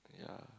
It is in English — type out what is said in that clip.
yeah